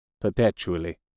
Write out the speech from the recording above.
perpetually